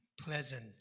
pleasant